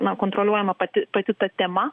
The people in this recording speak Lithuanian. na kontroliuojama pati pati ta tema